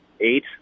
eight